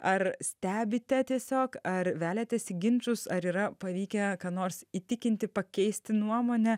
ar stebite tiesiog ar veliatės į ginčus ar yra pavykę ką nors įtikinti pakeisti nuomonę